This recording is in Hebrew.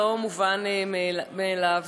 לא מובן מאליו.